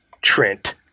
Trent